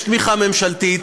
יש תמיכה ממשלתית,